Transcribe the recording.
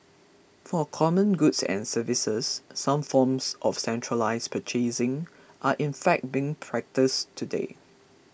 for common goods and services some forms of centralised purchasing are in fact being practised today